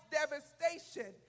devastation